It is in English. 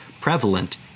prevalent